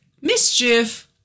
mischief